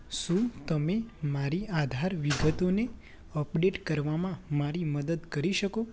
શું તમે મારી આધાર વિગતોને અપડેટ કરવામાં મારી મદદ કરી શકો